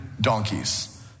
donkeys